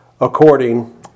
according